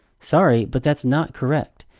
sorry, but that's not correct.